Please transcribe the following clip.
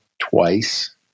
twice